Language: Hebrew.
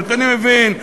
אני מבין.